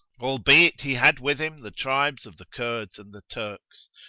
albeit he had with him the tribes of the kurds and the turks,